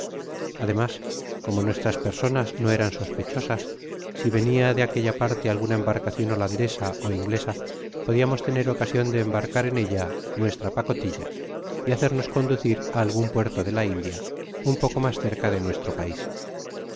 además como nuestras personas no eran sospechosas si venia de aquella parte alguna embarcacion holandesa ó inglesa podia mos tener ocasion de embarcar en ella nuestra pacotilla y hacernos conducir á algun puerto de la india un poco mas cerca de nuestro pais